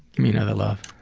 give me another love.